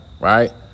right